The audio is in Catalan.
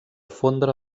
fondre